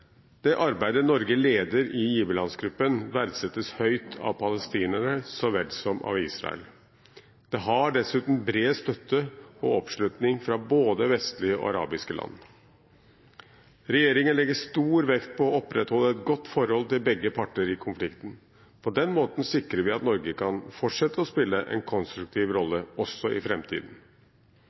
Det arbeidet Norge leder i giverlandsgruppen, verdsettes høyt av palestinerne så vel som av Israel. Det har dessuten bred støtte og oppslutning fra både vestlige og arabiske land. Regjeringen legger stor vekt på å opprettholde et godt forhold til begge parter i konflikten. På den måten sikrer vi at Norge kan fortsette å spille en konstruktiv rolle også i